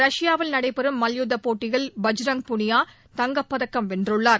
ரஷ்யாவில் நடைபெறும் மல்யுத்தப் போட்டியில் பஜ்ரங் பூனியா தங்கப்பதக்கம் வென்றுள்ளார்